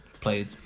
played